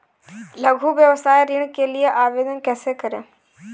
लघु व्यवसाय ऋण के लिए आवेदन कैसे करें?